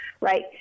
Right